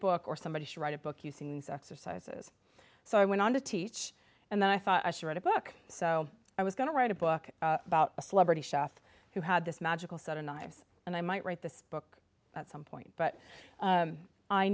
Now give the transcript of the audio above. book or somebody should write a book using these exercises so i went on to teach and then i thought i should write a book so i was going to write a book about a celebrity chef who had this magical set of knives and i might write this book at some point but